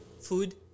Food